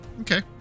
Okay